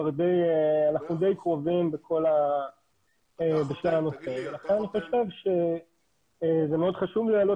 אנחנו די קרובים בכל הנושאים ולכן אני חושב שזה מאוד חשוב להעלות